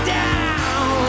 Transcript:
down